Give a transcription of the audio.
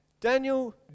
Daniel